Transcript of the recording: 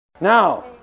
Now